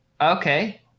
okay